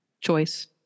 choice